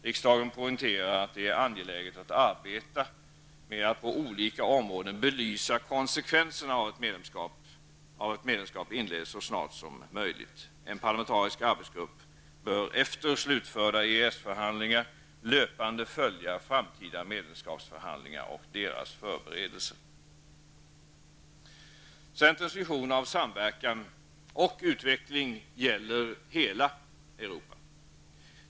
Riksdagen poängterar att det är ''angeläget att arbetet med att på olika områden belysa konsekveserna av ett medlemskap inleds så snart som möjligt''. En parlamentarisk arbetsgrupp bör ''efter slutförda EES-förhandlingar löpande följa framtida medlemskapsförhandlingar och deras förberedelser''. Europa gäller hela Europa.